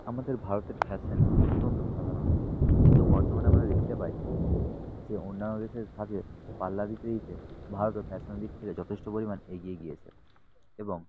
আমাদের ভারতের ফ্যাশন অত্যন্ত সাধারণ কিন্তু বর্তমানে আমরা দেখতে পাই যে অন্যান্য দেশের সাথে পাল্লা দিতে দিতে ভারতের ফ্যাশনের দিক থেকে যথেষ্ট পরিমাণ এগিয়ে গিয়েছে এবং